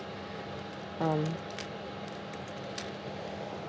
um